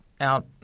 out